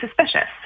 suspicious